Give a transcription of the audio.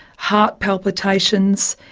heart palpitations,